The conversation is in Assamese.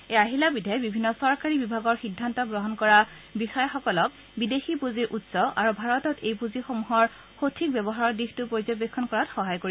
এই আহিলাবিধে বিভিন্ন চৰকাৰী বিভাগৰ সিদ্ধান্ত গ্ৰহণ কৰা বিষয়াসকলক বিদেশী পূঁজিৰ উৎস আৰু ভাৰতত এই পুঁজিসমূহৰ সঠিক ব্যৱহাৰৰ দিশটো পৰ্যবেক্ষণ কৰাত সহায় কৰিব